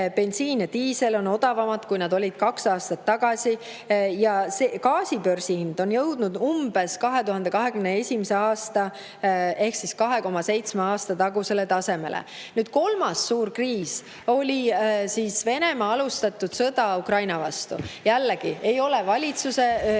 bensiin ja diisel on odavamad, kui nad olid kaks aastat tagasi, ja gaasi börsihind on jõudnud umbes 2021. aasta ehk 2,7 aasta tagusele tasemele. Kolmas suur kriis on olnud Venemaa alustatud sõda Ukraina vastu. Jällegi, ei ole Eesti valitsus olnud